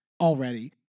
already